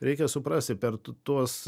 reikia suprasti per tuos